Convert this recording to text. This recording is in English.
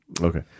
Okay